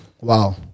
wow